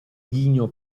ghigno